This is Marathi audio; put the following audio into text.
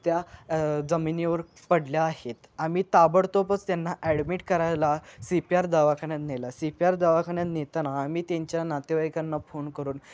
त्या जमिनीवर पडल्या आहेत आम्ही ताबडतोबच त्यांना ॲडमिट करायला सी पी आर दवाखान्यात नेलं सी पी आर दवाखान्यात नेताना आम्ही त्यांच्या नातेवाईकांना फोन करून